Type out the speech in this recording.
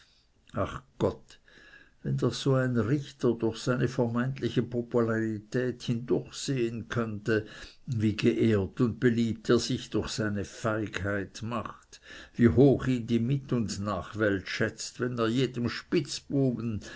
ach gott wenn doch so ein richter durch seine vermeintliche popularität hindurch sehen könnte wie geehrt und beliebt er sich durch seine feigheit macht wie hoch ihn die mit und nachwelt schätzt wenn er jedem spitzbuben